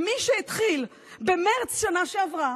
ומי שהתחיל במרץ בשנה שעברה,